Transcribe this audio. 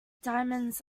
diamonds